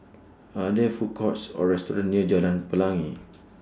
Are There Food Courts Or restaurants near Jalan Pelangi